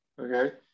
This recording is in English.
Okay